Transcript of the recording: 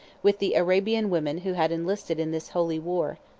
with the arabian women who had enlisted in this holy war,